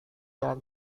jalan